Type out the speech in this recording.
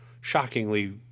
shockingly